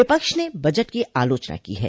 विपक्ष ने न बजट की आलोचना की है